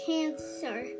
Cancer